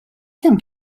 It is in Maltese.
kemm